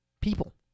people